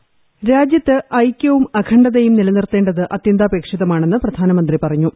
voice രാജ്യത്ത് ഐക്യവും അഖണ്ഡതയും നിലനിർത്ത ത് അത്യന്താപേക്ഷിതമാണെന്ന് പ്രധാനമന്ത്രി പറഞ്ഞു